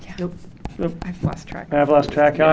so i've lost track. i've lost track, ah,